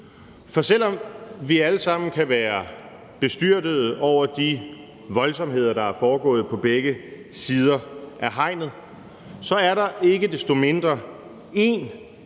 For selv om vi alle sammen kan være bestyrtede over de voldsomheder, der er foregået på begge sider af hegnet, er der ikke desto mindre én